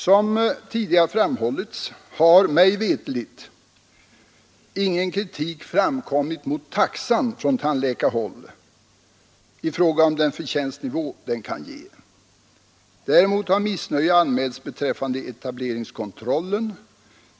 Som tidigare framhållits har — mig veterligt — ingen kritik framkommit mot taxan från tandläkarhåll i fråga om den förtjänstnivå den kan ge. Däremot har missnöje anmälts beträffande etableringskontrollen,